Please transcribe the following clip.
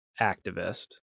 activist